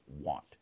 want